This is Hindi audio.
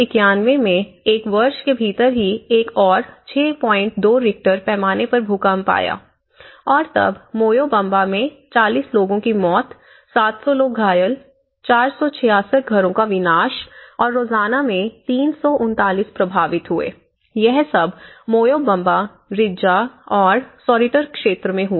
1991 में एक वर्ष के भीतर ही एक और 62 रिक्टर पैमाने पर भूकंप आया और तब मोयोबम्बा में 40 लोगों की मौत 700 लोग घायल 466 घरों का विनाश और रोयाजा में 339 प्रभावित हुए यह सब मोयोबम्बा रिज्जा और सॉरीटर क्षेत्र में हुआ